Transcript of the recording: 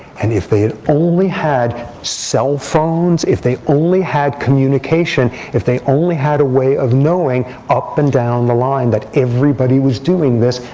and if they had only had cell phones, if they only had communication, if they only had a way of knowing up and down the line that everybody was doing this,